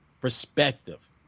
perspective